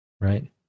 Right